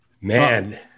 Man